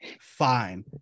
fine